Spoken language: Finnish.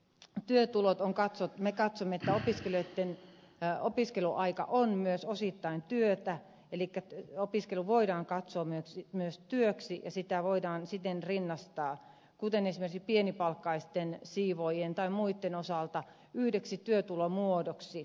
ne työtulot on katsottu mitä me katsomme että opiskelijoiden opiskeluaika on myös osittain työtä elikkä opiskelu voidaan katsoa myös työksi ja sitä voidaan siten rinnastaa kuten esimerkiksi pienipalkkaisten siivoojien tai muitten osalta yhdeksi työtulomuodoksi